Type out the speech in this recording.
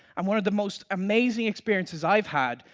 um one of the most amazing experiences i've had,